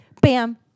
bam